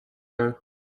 now